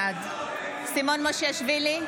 בעד סימון מושיאשוילי,